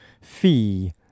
fee